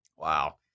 Wow